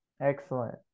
Excellent